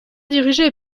dirigé